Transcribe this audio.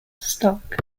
stock